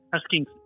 Asking